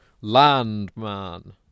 Landman